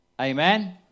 Amen